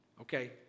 okay